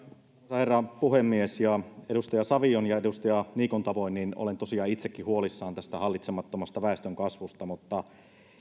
herra puhemies edustaja savion ja edustaja niikon tavoin olen tosiaan itsekin huolissani tästä hallitsemattomasta väestönkasvusta mutta